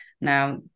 Now